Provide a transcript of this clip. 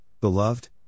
beloved